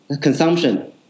consumption